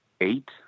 eight